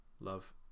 Love